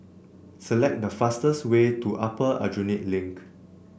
select the fastest way to Upper Aljunied Link